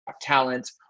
talent